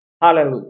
Hallelujah